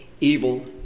evil